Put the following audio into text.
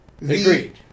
Agreed